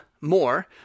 more